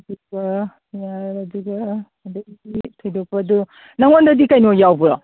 ꯑꯗꯨꯒ ꯌꯥꯔꯦ ꯑꯗꯨꯒ ꯊꯣꯏꯗꯣꯛꯄ ꯑꯗꯨ ꯅꯪꯉꯣꯟꯗꯗꯤ ꯀꯩꯅꯣ ꯌꯥꯎꯕ꯭ꯔꯣ